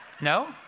No